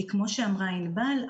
כמו שאמרה ענבל,